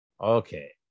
Okay